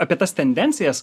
apie tas tendencijas